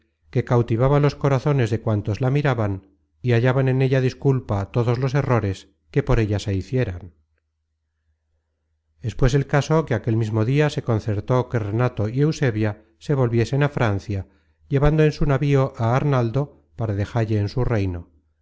que cautivaba los corazones de cuantos la miraban y hallaban en ella disculpa todos los errores que por ella se hicieran razon content from google book search generated at es pues el caso que aquel mismo dia se concerto que renato y eusebia se volviesen á francia llevando en su navío á arnaldo para dejalle en su reino